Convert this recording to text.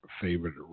favorite